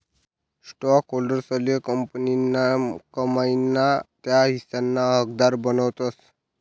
स्टॉकहोल्डर्सले कंपनीना कमाई ना त्या हिस्साना हकदार बनावतस